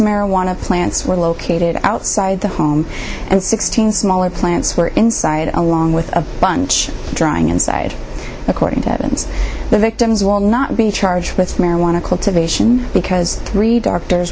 marijuana plants were located outside the home and sixteen smaller plants were inside along with a bunch drying inside according to evidence the victims will not be charged with marijuana cultivation because three doctors